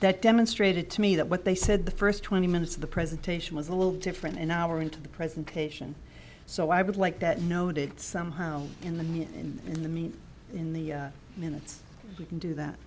that demonstrated to me that what they said the first twenty minutes of the presentation was a little different an hour into the presentation so i would like that noted somehow in the news and in the mean in the minutes we can do that